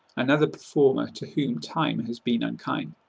another performer to whom time has been unkind.